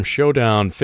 Showdown